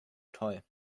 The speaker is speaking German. toll